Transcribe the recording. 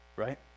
right